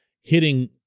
hitting